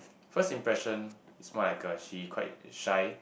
first impression is more like a she quite shy